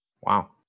Wow